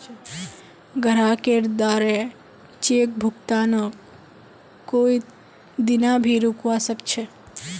ग्राहकेर द्वारे चेक भुगतानक कोई दीना भी रोकवा सख छ